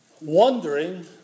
wondering